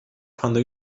quando